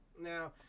Now